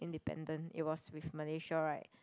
independent it was with Malaysia right